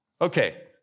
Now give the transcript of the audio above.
Okay